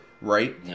right